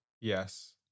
Yes